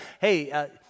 hey